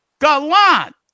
gallant